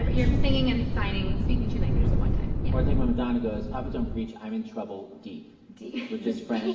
but your um singing and signing, speaking two languages at one time. yeah. or, it's like when madonna goes, papa don't preach, i'm in trouble, deep. deep. seth which is french,